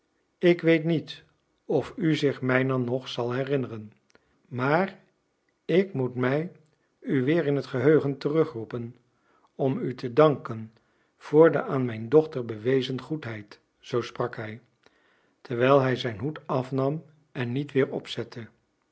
ik weet niet of u zich mijner nog zal herinneren maar ik moet mij u weer in het geheugen terug roepen om u te danken voor de aan mijn dochter bewezen goedheid zoo sprak hij terwijl hij zijn hoed afnam en niet weer opzette